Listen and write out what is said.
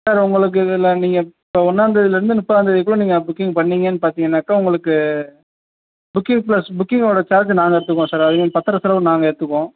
sir உங்களுக்கு இதில் நீங்கள் இப்போ ஒன்னாந்தேதியில இருந்து முப்பதாந்தேதிக்குள்ள நீங்கள் புக்கிங் பண்ணீங்கன்னு பார்த்தீங்கன்னாக்கா உங்களுக்கு புக்கிங் ப்ளஸ் புக்கிங் ஓட சார்ஜை நாங்கள் எடுத்துக்குவோம் சார் அதையும் பத்தரம் செலவு நாங்கள் எடுத்துக்குவோம்